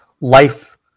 life